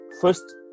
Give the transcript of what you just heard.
First